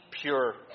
pure